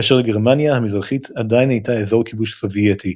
כאשר גרמניה המזרחית עדיין הייתה אזור כיבוש סובייטי.